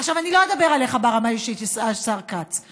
עכשיו, אני לא אדבר עליך ברמה האישית, השר כץ.